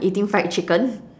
eating fried chicken